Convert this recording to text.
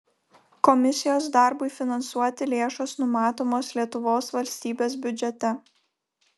komisijos darbui finansuoti lėšos numatomos lietuvos valstybės biudžete